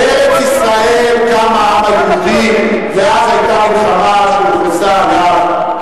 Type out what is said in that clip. בארץ-ישראל קם העם היהודי ואז היתה מלחמה שהוכרזה עליו,